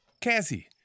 Cassie